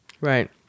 Right